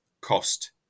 cost